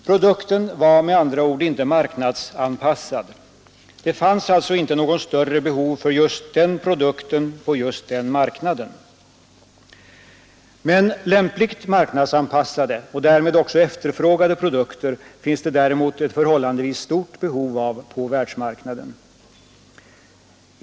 Produkten var med andra ord inte marknadsanpassad. Det fanns alltså inte något större behov av just den produkten på just den marknaden. Lämpligt marknadsanpassade och därmed också efterfrågade produkter finns det däremot ett förhållandevis stort behov av på världsmark naden.